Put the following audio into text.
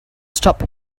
stop